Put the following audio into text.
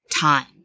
time